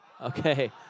Okay